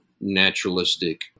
naturalistic